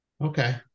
Okay